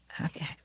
Okay